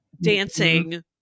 dancing